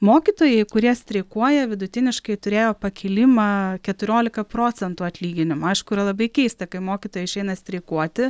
mokytojai kurie streikuoja vidutiniškai turėjo pakilimą keturiolika procentų atlyginimo aišku yra labai keista kai mokytojai išeina streikuoti